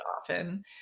often